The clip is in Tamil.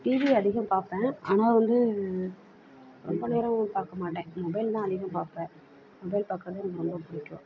டிவி அதிகம் பார்ப்பேன் ஆனால் வந்து ரொம்ப நேரம் பார்க்க மாட்டேன் மொபைல் தான் அதிகம் பார்ப்பேன் மொபைல் பார்க்க தான் எனக்கு ரொம்ப பிடிக்கும்